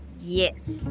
Yes